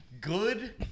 Good